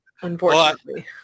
unfortunately